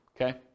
Okay